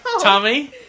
tommy